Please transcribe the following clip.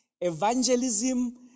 evangelism